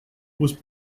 was